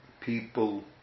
people